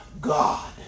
God